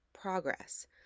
progress